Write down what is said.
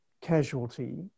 casualty